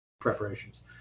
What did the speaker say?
preparations